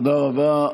תודה רבה.